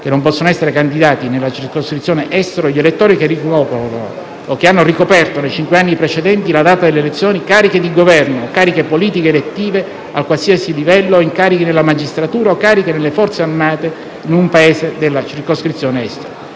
che non possano essere candidati nella circoscrizione Estero gli elettori che ricoprono o che hanno ricoperto, nei cinque anni precedenti la data delle elezioni, cariche di Governo o cariche politiche elettive a qualsiasi livello o incarichi nella magistratura o cariche nelle Forze armate in un Paese della circoscrizione Estero.